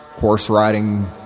horse-riding